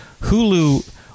Hulu